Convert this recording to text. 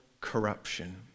Corruption